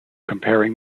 comparing